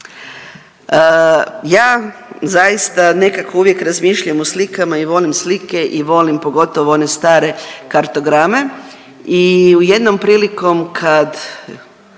Ja zaista nekako uvijek razmišljam o slikama i volim slike i volim pogotovo one strane kartograme i jednom prilikom kad